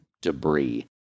debris